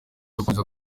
gukomeza